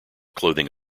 clothing